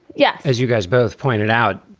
yeah. as you guys both pointed out,